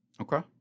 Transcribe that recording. Okay